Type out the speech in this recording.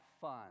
fun